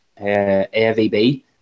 AVB